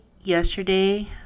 yesterday